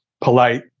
polite